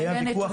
היה ויכוח לא קל.